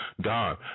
God